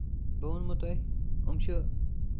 بہٕ وَنہو تۄہہِ یِم چھِ